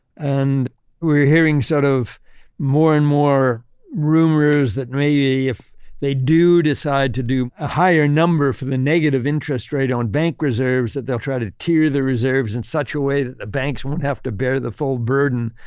and we're hearing sort of more and more rumors that maybe if they do decide to do a higher number for the negative interest rate on bank reserves, that they'll try to tier the reserves in such a way that the banks won't have to bear the full burden.